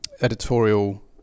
editorial